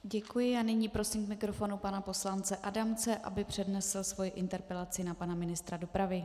Děkuji a nyní prosím k mikrofonu pana poslance Adamce, aby přednesl svoji interpelaci na pana ministra dopravy.